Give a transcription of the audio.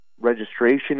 registration